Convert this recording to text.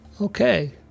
Okay